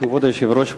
כבוד היושב-ראש,